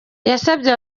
yasabye